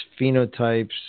phenotypes